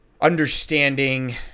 understanding